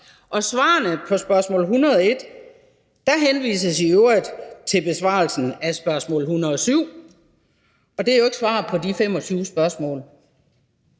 Og i svarene på spørgsmål 101 henvises der i øvrigt til besvarelsen af spørgsmål 107 – og det er jo ikke svar på de 25 spørgsmål.